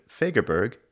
Fagerberg